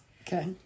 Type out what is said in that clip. okay